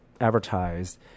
advertised